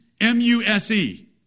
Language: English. M-U-S-E